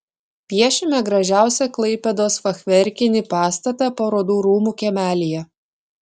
piešime gražiausią klaipėdos fachverkinį pastatą parodų rūmų kiemelyje